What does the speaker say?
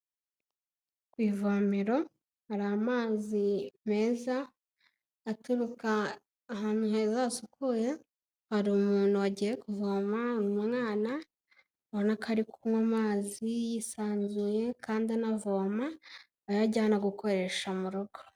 Ku ivomero hari amazi meza aturuka ahantu heza hasukuye, hari umuntu wagiye kuvoma, umwana ubona ko ari kunywa amazi, yisanzuye kandi anavoma ayo ajyana gukoresha mu rugo.